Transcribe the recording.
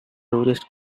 tourists